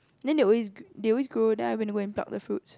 then they always they always grow then I went to go and pluck the fruits